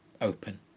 open